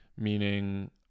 meaning